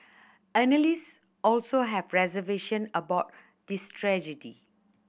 analyst also have reservation about the strategy